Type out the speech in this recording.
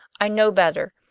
i know better.